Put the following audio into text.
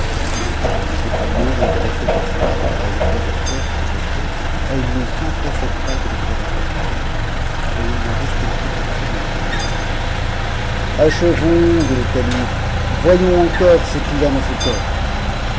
comme elle n'était pas moins intéressée que moi à ne pas ouvrir le coffre où j'étais elle ne s'empressait pas de le faire apporter et il ne restait plus que celui-là à visiter achevons dit le calife voyons encore ce qu'il y a dans ce coffre